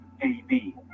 AB